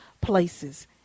places